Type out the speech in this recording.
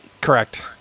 Correct